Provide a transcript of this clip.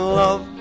love